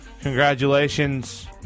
Congratulations